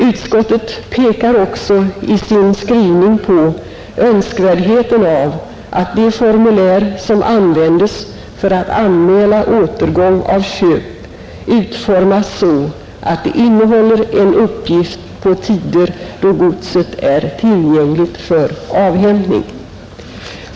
Utskottet pekar också i sin skrivning på önskvärdheten av att det formulär som användes för att anmäla återgång av köp utformas så, att det innehåller en uppgift på tider då godset är tillgängligt för avhämtning.